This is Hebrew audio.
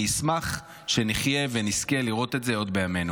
אני אשמח שנחיה ונזכה לראות את זה עוד בימינו.